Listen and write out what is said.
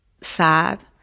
sad